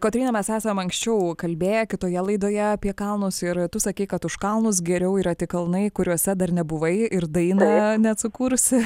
kotryna mes esam anksčiau kalbėję kitoje laidoje apie kalnus ir tu sakei kad už kalnus geriau yra tik kalnai kuriuose dar nebuvai ir dainą net sukūrusi